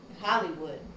Hollywood